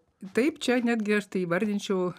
taip čia netgi aš tai įvardinčiau